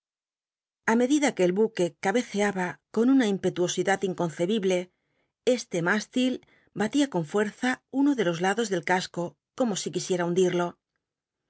a medida que el buque cabeceab t con una impetuosidad inconcebible este mástil balia con fuerza uno de los lados del casco como si quisiera hundirlo